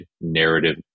narrative